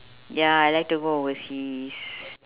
ya I like to go overseas